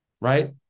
Right